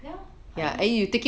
well I mean